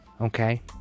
Okay